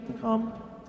Come